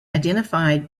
identified